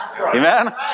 Amen